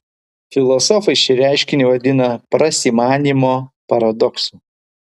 filosofai šį reiškinį vadina prasimanymo paradoksu